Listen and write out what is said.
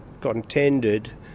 contended